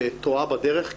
טועה בדרך?